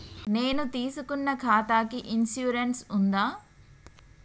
నేను తీసుకున్న ఖాతాకి ఇన్సూరెన్స్ ఉందా?